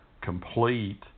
complete